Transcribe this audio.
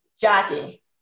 Jackie